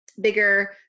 bigger